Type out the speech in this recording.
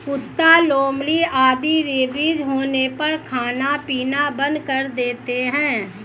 कुत्ता, लोमड़ी आदि रेबीज होने पर खाना पीना बंद कर देते हैं